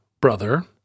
brother